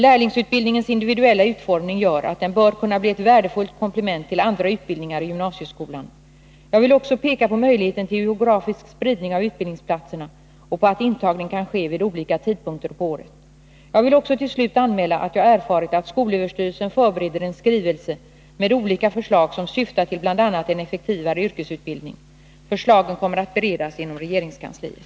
Lärlingsutbildningens individuella utformning gör att den bör kunna bli ett värdefullt komplement till andra utbildningar i gymnasieskolan. Jag vill också peka på möjligheten till geografisk spridning av utbildningsplatserna och på att intagning kan ske vid olika tidpunkter på året. Jag vill också till slut anmäla att jag erfarit att skolöverstyrelsen förbereder en skrivelse med olika förslag som syftar till bl.a. en effektivare yrkesutbildning. Förslagen kommer att beredas inom regeringskansliet.